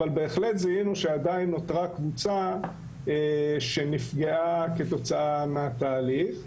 אבל בהחלט זיהינו שעדיין נותרה קבוצה שנפגעה כתוצאה מהתהליך.